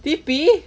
T P